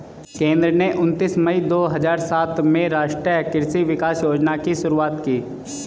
केंद्र ने उनतीस मई दो हजार सात में राष्ट्रीय कृषि विकास योजना की शुरूआत की